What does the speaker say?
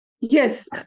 Yes